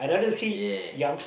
yes